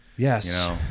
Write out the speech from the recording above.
Yes